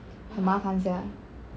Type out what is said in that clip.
很麻烦 sia